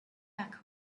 back